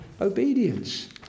obedience